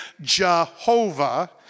Jehovah